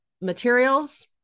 materials